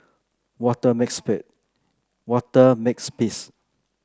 Walter Walter Makepeace